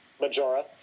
majora